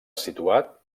situat